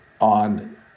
on